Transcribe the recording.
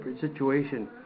situation